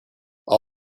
all